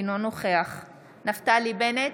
אינו נוכח נפתלי בנט,